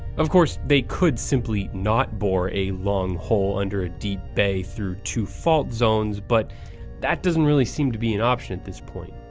of course, they could simply not bore a long hole under a deep bay through two fault zones, but that doesn't really seem to be an option at this point.